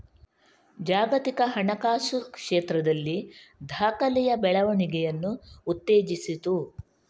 ಜಾಗತಿಕ ಹಣಕಾಸು ಕ್ಷೇತ್ರದಲ್ಲಿ ದಾಖಲೆಯ ಬೆಳವಣಿಗೆಯನ್ನು ಉತ್ತೇಜಿಸಿತು